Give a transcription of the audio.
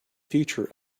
future